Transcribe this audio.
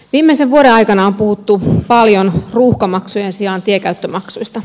viimeisen vuoden aikana on puhuttu paljon ruuhkamaksujen sijaan tienkäyttömaksuista